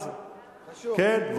כן.